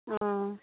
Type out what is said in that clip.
অঁ